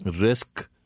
risk